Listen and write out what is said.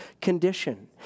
condition